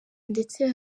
ndetse